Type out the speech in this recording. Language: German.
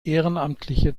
ehrenamtliche